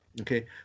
Okay